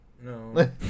No